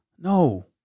no